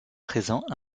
présent